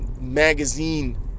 magazine